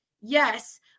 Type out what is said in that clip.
yes